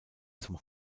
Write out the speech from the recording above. zum